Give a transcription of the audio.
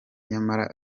nyamara